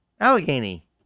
Allegheny